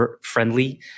friendly